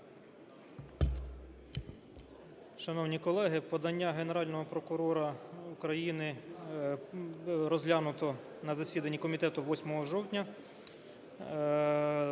Шановні колеги! Подання Генерального прокурора України розглянуто на засіданні комітету 8 жовтня.